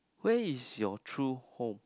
where is your true home